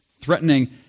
threatening